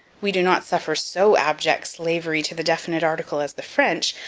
we do not suffer so abject slavery to the definite article as the french,